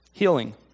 healing